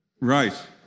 Right